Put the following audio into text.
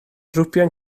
grwpiau